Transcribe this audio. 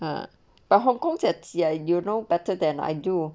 ah but hong kong jets there you know better than I do